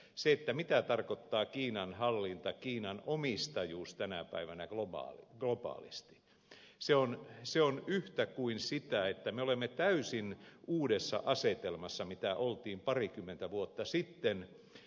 se mitä tarkoittaa kiinan hallinta kiinan omistajuus tänä päivänä globaalisti on yhtä kuin sitä että me olemme täysin uudessa asetelmassa verrattuna aikaan parikymmentä vuotta sitten